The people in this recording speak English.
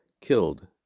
killed